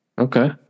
Okay